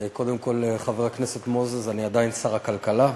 קודם כול, חבר הכנסת מוזס, אני עדיין שר הכלכלה,